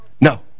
No